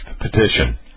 petition